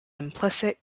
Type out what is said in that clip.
implicit